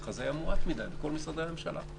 הזה היה מועט מדיי בכל משרדי הממשלה.